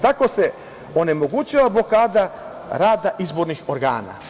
Tako se onemogućava blokada rada izbornih organa.